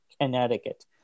Connecticut